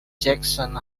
jackson